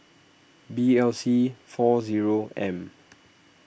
B L C four zero M